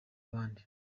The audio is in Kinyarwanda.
abandi